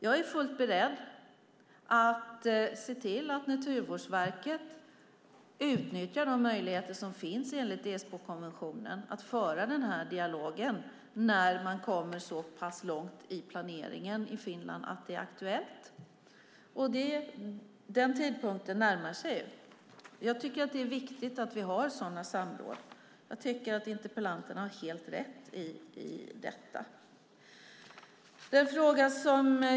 Jag är fullt beredd att se till att Naturvårdsverket utnyttjar de möjligheter som finns enligt Esbokonventionen att föra den dialogen när man kommer så pass långt i planeringen i Finland att det är aktuellt. Den tidpunkten närmar sig. Jag tycker att det är viktigt att vi har sådana samråd. Jag tycker att interpellanten har helt rätt i det.